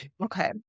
Okay